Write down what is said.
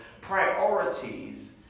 priorities